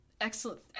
Excellent